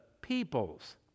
peoples